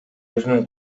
өзүнүн